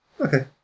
okay